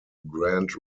grand